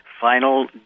final